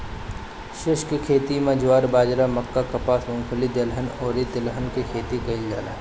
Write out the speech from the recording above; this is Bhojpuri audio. शुष्क खेती में ज्वार, बाजरा, मक्का, कपास, मूंगफली, दलहन अउरी तिलहन के खेती कईल जाला